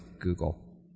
Google